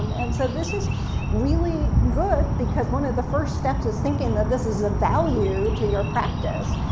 and so this is really good because one of the first steps is thinking that this is of value to your practice,